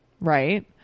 Right